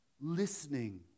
listening